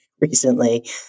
recently